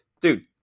dude